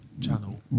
channel